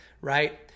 right